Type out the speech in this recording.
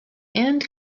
and